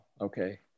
okay